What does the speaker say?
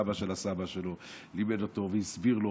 והסבא של הסבא שלו לימד אותו והסביר לו